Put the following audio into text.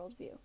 worldview